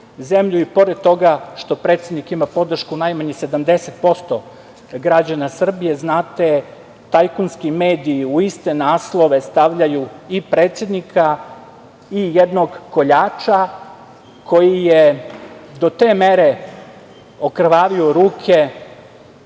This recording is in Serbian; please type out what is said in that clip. i pored toga što predsednik ima podršku najmanje 70% građana Srbije. znate, tajkunski mediji u iste naslove stavljaju i predsednika i jednog koljača koji je do te mere okrvavio ruke